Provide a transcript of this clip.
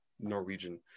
Norwegian